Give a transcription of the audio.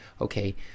okay